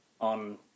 on